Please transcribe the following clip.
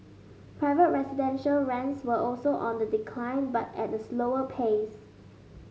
private residential rents were also on the decline but at a slower pace